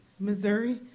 Missouri